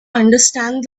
understand